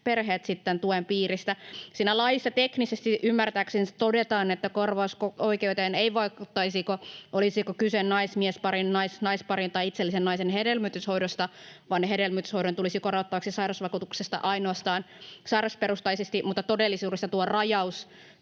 sitten tuen piiristä. Siinä laissa teknisesti ymmärtääkseni todetaan, että korvausoikeuteen ei vaikuttaisi, olisiko kyse nais-miesparin, nais-naisparin tai itsellisen naisen hedelmöityshoidosta, vaan hedelmöityshoito tulisi korvattavaksi sairausvakuutuksesta ainoastaan sairausperusteisesti, mutta todellisuudessa tuo rajaus